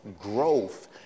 growth